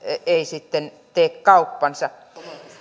ei tee kauppaansa